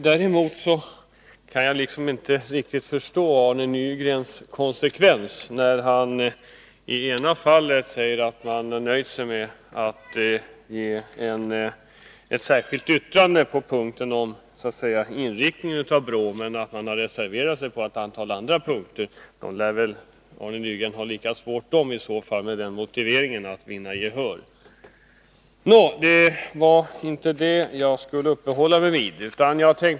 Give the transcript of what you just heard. Däremot kan jag inte riktigt se någon konsekvens i Arne Nygrens agerande, när han i det ena fallet säger att han har nöjt sig med ett särskilt yttrande på punkten om inriktningen av BRÅ men i det andra fallet har reserverat sig på ett antal punkter. Det lär väl vara lika svårt, Arne Nygren, att vinna gehör på de punkterna, med den motiveringen. Nå, det var inte detta jag skulle uppehålla mig vid.